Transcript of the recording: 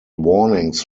warnings